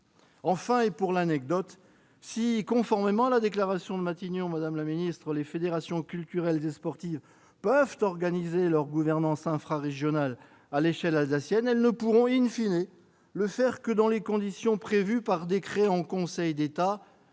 Enfin, pour l'anecdote, si conformément à la déclaration de Matignon, les fédérations culturelles et sportives peuvent organiser leur gouvernance infrarégionale à l'échelle alsacienne, elles ne pourront le faire que dans les conditions prévues par un décret pris en Conseil d'État.